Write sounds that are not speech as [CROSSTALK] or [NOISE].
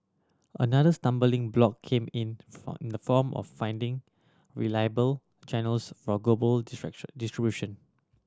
another stumbling block came in [UNINTELLIGIBLE] in the form of finding reliable channels for global distraction distribution